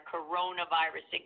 Coronavirus